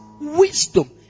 wisdom